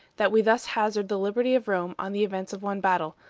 that we thus hazard the liberty of rome on the event of one battle,